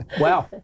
Wow